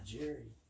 Jerry